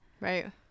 Right